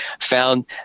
found